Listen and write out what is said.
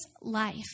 life